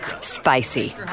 Spicy